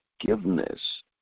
forgiveness